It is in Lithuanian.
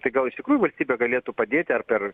tai gal iš tikrųjų valstybė galėtų padėti ar per